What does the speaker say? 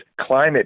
climate